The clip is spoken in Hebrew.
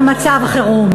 על מצב חירום.